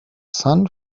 sun